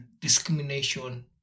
discrimination